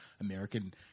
American –